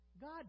God